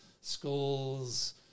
schools